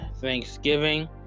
Thanksgiving